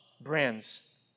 brands